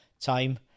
time